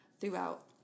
throughout